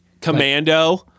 Commando